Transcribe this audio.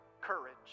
courage